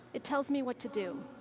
it tells me what to do.